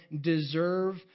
deserve